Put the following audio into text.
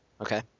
Okay